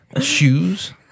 shoes